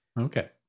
Okay